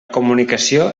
comunicació